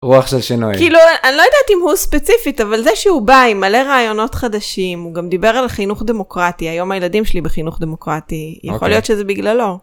רוח של שינוי אני לא יודעת אם הוא ספציפית אבל זה שהוא בא עם מלא רעיונות חדשים הוא גם דיבר על חינוך דמוקרטי היום הילדים שלי בחינוך דמוקרטי יכול להיות שזה בגללו.